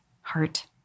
heart